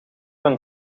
een